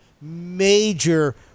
major